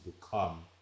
become